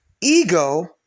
ego